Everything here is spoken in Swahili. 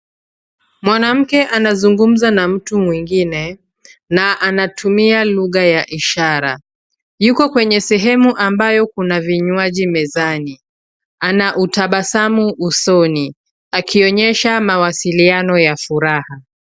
Mwanamke anazungumza na mtu mwingine, na anatumia lugha ya ishara. Yuko kwenye sehemu ambayo kuna vinywaji mezani. Ana utabasamu usoni, akionyesha mawasiliano ya furaha.